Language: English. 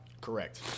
Correct